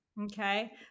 Okay